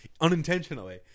unintentionally